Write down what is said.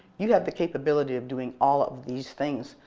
you have the capability of doing all of these things.